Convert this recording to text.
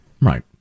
right